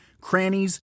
crannies